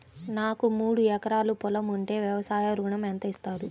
నాకు మూడు ఎకరాలు పొలం ఉంటే వ్యవసాయ ఋణం ఎంత ఇస్తారు?